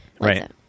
right